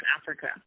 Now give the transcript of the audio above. Africa